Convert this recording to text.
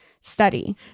study